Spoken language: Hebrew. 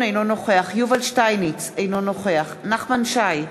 אינו נוכח יובל שטייניץ, אינו נוכח נחמן שי,